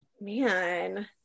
Man